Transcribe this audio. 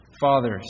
Fathers